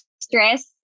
stress